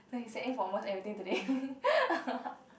when he say A for almost everything today